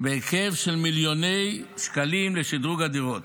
בהיקף של מיליוני שקלים לשדרוג הדירות.